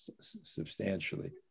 substantially